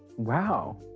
wow.